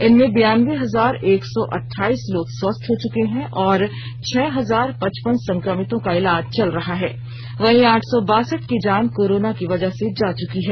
इनमें बियान्बे हजार एक सौ अठाइस लोग स्वस्थ हो चुके हैं और छह हजार पचपन संक्रमितों का इलाज चल रहा है वहीं आठ सौ बासठ की जान कोरोना की वजह से जा चुकी है